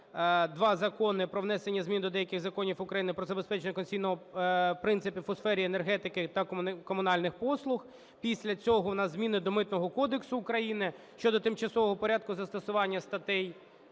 два закони про внесення змін до деяких законів України про забезпечення конституційних принципів у сфері енергетики та комунальних послуг. Після цього у нас зміни до Митного кодексу України щодо тимчасового порядку застосування статей